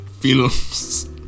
films